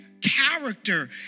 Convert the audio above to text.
character